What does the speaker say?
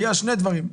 היו שני דברים.